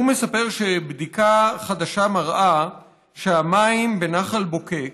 הוא מספר שבדיקה חדשה מראה שהמים בנחל בוקק,